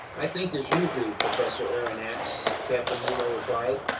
i think as you do, professor aronnax, captain nemo replied.